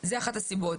וזאת אחת הסיבות.